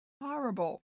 horrible